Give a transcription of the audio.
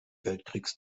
weltkrieges